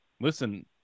Listen